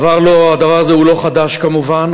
הדבר הזה הוא לא חדש כמובן.